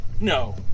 No